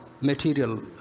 material